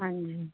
ਹਾਂਜੀ